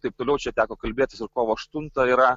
taip toliau čia teko kalbėtis ir kovo aštunta yra